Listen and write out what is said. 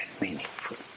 meaningful